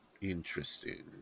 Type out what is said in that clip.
Interesting